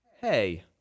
hey